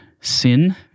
Sin